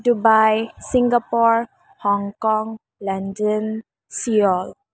Dubai Singapore Hong Kong London Seoul